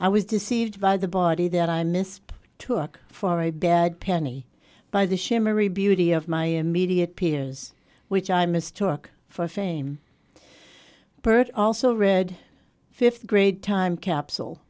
i was deceived by the body that i missed took far a bad penny by the shimmery beauty of my immediate peers which i mistook for fame pert also read fifth grade time capsule